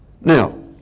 Now